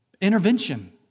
intervention